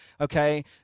okay